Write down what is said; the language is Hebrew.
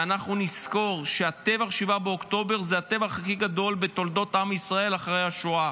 ונזכור שטבח 7 באוקטובר זה הטבח הכי גדול בתולדות עם ישראל אחרי השואה,